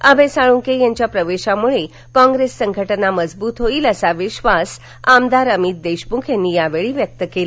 अभय साळूंके यांच्या प्रवेशामुळे कॉप्रेस संघटना मजबुत होइल असा विश्वास आमदार अमित देशमुख यांनी यावेळी व्यक्त केला